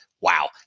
Wow